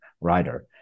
writer